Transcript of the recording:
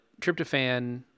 tryptophan